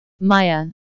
Maya